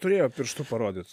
turėjo pirštu parodyt